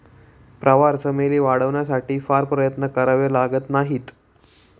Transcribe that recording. प्रवाळ चमेली वाढवण्यासाठी फार प्रयत्न करावे लागत नाहीत